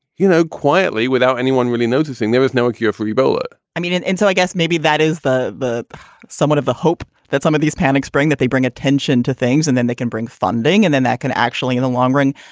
you know, quietly without anyone really noticing, there was no cure for ebola i mean, and so i guess maybe that is the the somewhat of a hope that some of these panics bring, that they bring attention to things and then they can bring funding and then that can actually, in the long run,